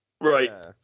Right